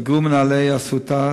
מנהלי "אסותא"